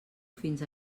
fins